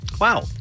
Wow